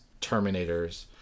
Terminators